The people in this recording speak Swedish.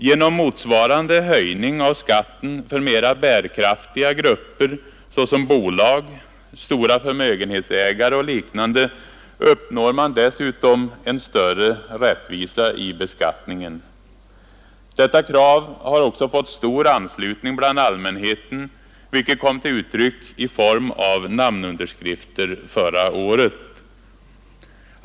Genom motsvarande höjning av skatten för mera bärkraftiga grupper såsom bolag, stora förmögenhetsägare och liknande uppnår man dessutom större rättvisa i beskattningen. Detta krav har också fått stor anslutning bland allmänheten, vilket kom till uttryck i form av namnunderskrifter under förra året.